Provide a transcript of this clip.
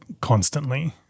constantly